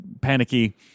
panicky